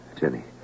Jenny